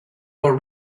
were